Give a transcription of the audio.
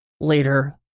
later